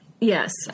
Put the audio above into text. Yes